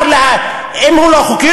אם הוא לא חוקי,